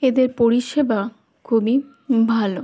এদের পরিষেবা খুবই ভালো